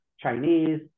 Chinese